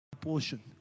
portion